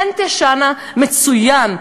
הן תישנּה מצוין.